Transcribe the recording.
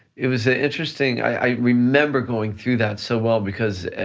it was ah interesting. i remember going through that so well, because